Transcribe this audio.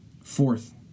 Fourth